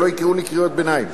שלא יקראו לי קריאות ביניים.